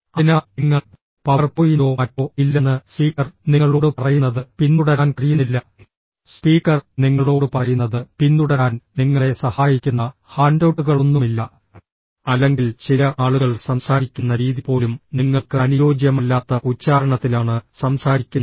അതിനാൽ നിങ്ങൾ പവർ പോയിന്റോ മറ്റോ ഇല്ലെന്ന് സ്പീക്കർ നിങ്ങളോട് പറയുന്നത് പിന്തുടരാൻ കഴിയുന്നില്ല സ്പീക്കർ നിങ്ങളോട് പറയുന്നത് പിന്തുടരാൻ നിങ്ങളെ സഹായിക്കുന്ന ഹാൻഡ്ഔട്ടുകളൊന്നുമില്ല അല്ലെങ്കിൽ ചില ആളുകൾ സംസാരിക്കുന്ന രീതി പോലും നിങ്ങൾക്ക് അനുയോജ്യമല്ലാത്ത ഉച്ചാരണത്തിലാണ് സംസാരിക്കുന്നത്